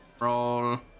Roll